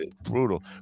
brutal